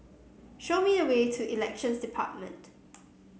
show me the way to Elections Department